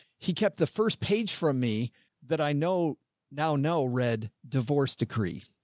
he kept the first page from me that i know now, no red, divorced decree.